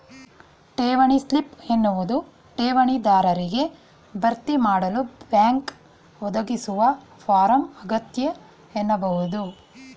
ಠೇವಣಿ ಸ್ಲಿಪ್ ಎನ್ನುವುದು ಠೇವಣಿ ದಾರರಿಗೆ ಭರ್ತಿಮಾಡಲು ಬ್ಯಾಂಕ್ ಒದಗಿಸುವ ಫಾರಂ ಆಗೈತೆ ಎನ್ನಬಹುದು